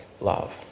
love